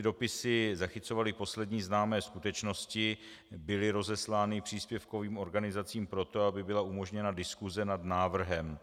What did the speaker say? Dopisy zachycovaly poslední známé skutečnosti, byly rozeslány příspěvkovým organizacím pro to, aby byla umožněna diskuse nad návrhem.